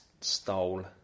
stole